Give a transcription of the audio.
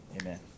amen